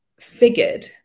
figured